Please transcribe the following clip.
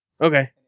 Okay